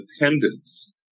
independence